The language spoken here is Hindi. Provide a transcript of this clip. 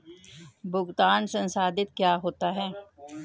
भुगतान संसाधित क्या होता है?